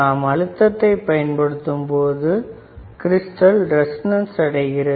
நாம் அழுத்தத்தை பயன்படுத்தும் பொழுது கிரிஸ்டல் ரெசோனன்ஸ் அடைகிறது